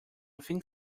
think